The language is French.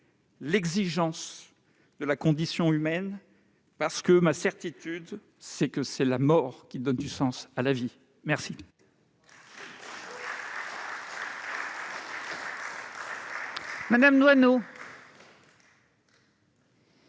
l'exigence de la condition humaine, parce que, ma certitude, c'est que c'est la mort qui donne du sens à la vie. La